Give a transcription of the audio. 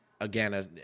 Again